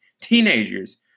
Teenagers